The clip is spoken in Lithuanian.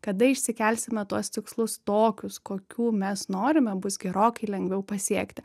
kada išsikelsime tuos tikslus tokius kokių mes norime bus gerokai lengviau pasiekti